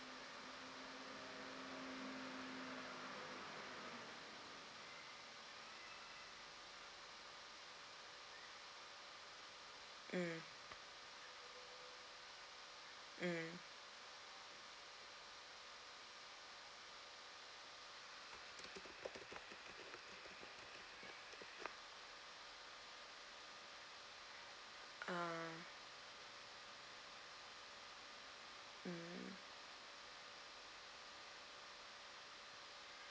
mm mm uh mm